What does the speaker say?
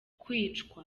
kwicwa